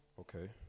Okay